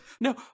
No